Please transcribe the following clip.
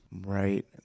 Right